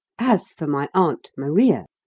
as for my aunt maria,